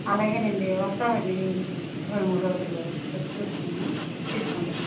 అలాగే నండి వస్తామండి రెండు మూడు రోజుల్లో వచ్చి చూసుకుని తీసుకుంటాము